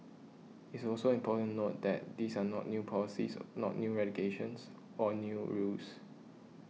it's also important note that these are not new policies not new or new rules